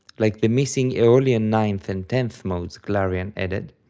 like the missing aeolian ninth and tenth modes glarean added.